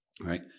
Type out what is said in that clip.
right